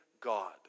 God